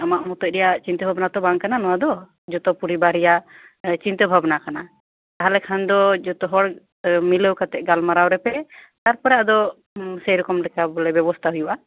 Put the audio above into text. ᱟᱢᱟᱜ ᱢᱚᱛᱚᱡ ᱨᱮᱭᱟᱜ ᱪᱤᱱᱛᱟᱹ ᱵᱷᱟᱵᱱᱟ ᱫᱚ ᱵᱟᱝ ᱠᱟᱱᱟ ᱡᱚᱛᱚ ᱯᱚᱨᱤᱵᱟᱨ ᱨᱮᱭᱟᱜ ᱪᱤᱱᱛᱟᱹ ᱵᱷᱟᱵᱱᱟ ᱠᱟᱱᱟ ᱛᱟᱦᱚᱞᱮ ᱠᱷᱟᱱ ᱫᱚ ᱡᱚᱛᱚ ᱦᱚᱲ ᱢᱤᱞᱟᱹᱣ ᱠᱟᱛᱮ ᱜᱟᱞᱢᱟᱨᱟᱣ ᱨᱮᱯᱮ ᱛᱟᱯᱚᱨᱮ ᱟᱫᱚ ᱥᱮ ᱨᱚᱠᱚᱢ ᱵᱚᱞᱮ ᱵᱮᱵᱚᱥᱛᱟ ᱦᱩᱭᱩᱜᱼᱟ